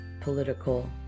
political